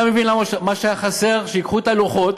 אתה מבין, מה שהיה חסר, שייקחו את הלוחות